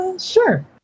Sure